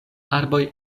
arboj